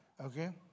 Okay